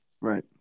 Right